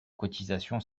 cotisations